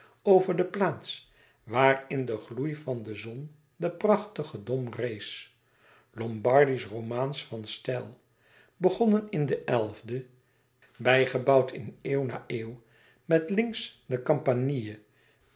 over de plaats waar in den gloei van de zon de prachtige dom rees lombardisch romaansch van stijl begonnen in de elfde bijgebouwd in eeuw na eeuw met links de campanile